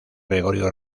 gregorio